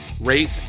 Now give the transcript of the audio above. rate